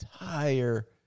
entire